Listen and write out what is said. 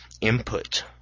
input